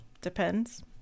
depends